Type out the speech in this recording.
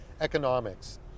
economics